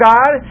God